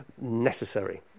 necessary